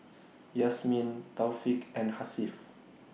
Yasmin Taufik and Hasif